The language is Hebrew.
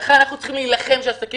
ולכן אנחנו צריכים להילחם כדי שהם